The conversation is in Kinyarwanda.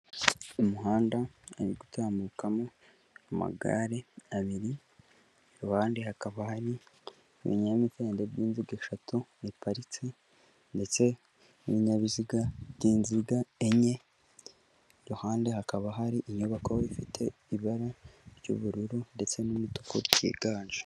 Mu muhanda hari gutambukamo amagare abiri, iruhande hakaba hari ibinyamitende by'inzigo eshatu biparitse ndetse n'ibinyabiziga by'inziga enye, iruhande hakaba hari inyubako ifite ibara ry'ubururu ndetse n'umutuku byiganje.